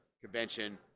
convention